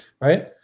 right